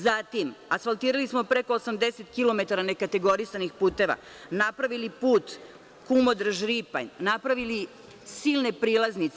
Zatim, asfaltirali smo preko 80 kilometara nekategorisanih puteva, napravili put Kumodraž – Ripanj, napravili silne prilaznice.